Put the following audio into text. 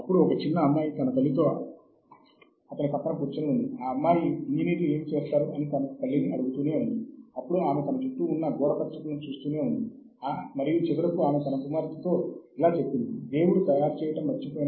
కానీ వారు మనము ఆ దిశగా వెళ్తున్నప్పుడు ఖచ్చితంగా ఆ సంఖ్య పెరుగుతోంది